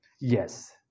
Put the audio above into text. Yes